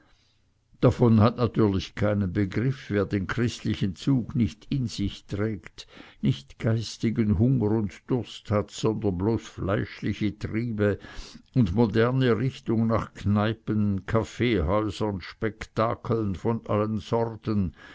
davon hat natürlich keinen begriff wer den christlichen zug nicht in sich trägt nicht geistigen hunger und durst hat sondern bloß fleischliche triebe und moderne richtung nach kneipen kaffeehäusern spektakeln von allen sorten